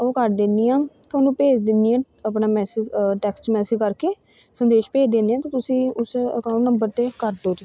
ਉਹ ਕਰ ਦਿੰਦੀ ਹਾਂ ਤੁਹਾਨੂੰ ਭੇਜ ਦਿੰਦੀ ਹਾਂ ਆਪਣਾ ਮੈਸੇਜ ਟੈਕਸਟ ਮੈਸੇਜ ਕਰਕੇ ਸੰਦੇਸ਼ ਭੇਜ ਦਿੰਦੀ ਹਾਂ ਅਤੇ ਤੁਸੀਂ ਉਸ ਅਕਾਊਂਟ ਨੰਬਰ 'ਤੇ ਕਰ ਦਿਉ ਜੀ